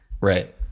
Right